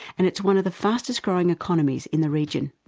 and it's one of the fastest growing economies in the region.